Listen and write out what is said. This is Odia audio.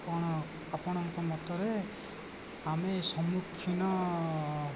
କ'ଣ ଆପଣଙ୍କ ମତରେ ଆମେ ସମ୍ମୁଖୀନ